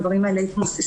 הדברים האלה יתמוססו.